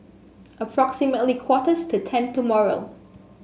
approximately quarter to ten tomorrow